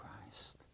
Christ